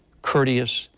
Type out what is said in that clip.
courteous,